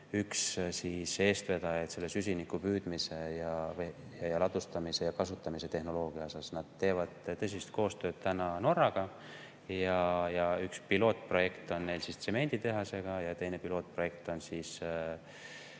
ka üks eestvedajaid süsiniku püüdmise, ladustamise ja kasutamise tehnoloogia mõttes. Nad teevad tõsist koostööd Norraga. Üks pilootprojekt on neil tsemenditehasega ja teine pilootprojekt on